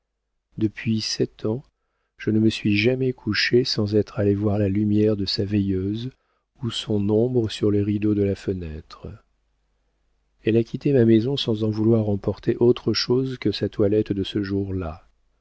depuis sept ans je ne me suis jamais couché sans être allé voir la lumière de sa veilleuse ou son ombre sur les rideaux de la fenêtre elle a quitté ma maison sans en vouloir emporter autre chose que sa toilette de ce jour-là